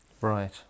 Right